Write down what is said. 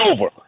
over